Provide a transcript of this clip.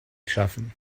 schaffen